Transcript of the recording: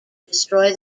destroy